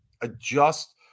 adjust